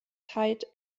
tight